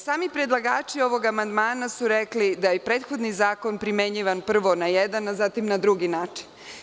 Sami predlagači ovog amandmana su rekli da je prethodni zakon primenjivan prvo na jedan, a zatim na drugi način.